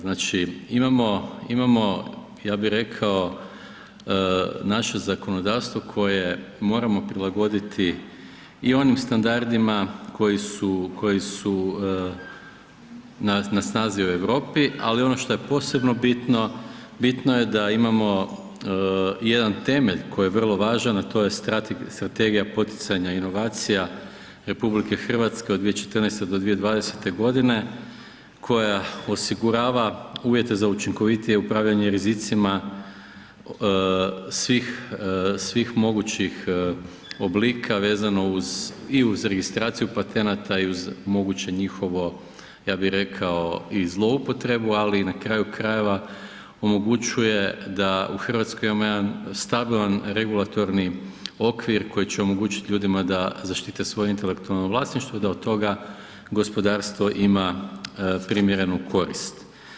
Znači imamo ja bih rekao naše zakonodavstvo koje moramo prilagoditi i onim standardima koji su na snazi u Europi ali ono što je posebno bitno, bitno je da imamo jedan temelj koji je vrlo važan a to je Strategija poticanja inovacija RH od 2014. do 2020. godine koja osigurava uvjete za učinkovitije upravljanje rizicima svih mogućih oblika vezano uz i uz registraciju patenata i uz moguće njihovo ja bih rekao i zloupotrebu ali na kraju krajeva omogućuje da u Hrvatskoj imamo jedan stabilan, regulatorni okvir koji će omogućiti ljudima da zaštite svoje intelektualno vlasništvo i da od toga gospodarstvo ima primjerenu korist.